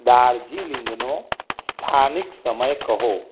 દાર્જિલિંગનો સ્થાનિક સમય કહો